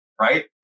right